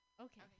Okay